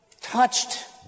touched